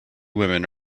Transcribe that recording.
women